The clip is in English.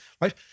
Right